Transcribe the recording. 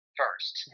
first